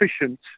efficient